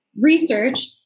research